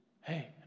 hey